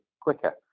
quicker